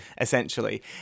essentially